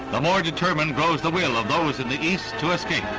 the more determined grows the will of those in the east to escape.